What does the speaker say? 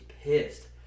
pissed